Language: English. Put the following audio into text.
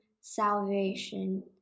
salvation